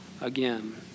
again